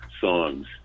songs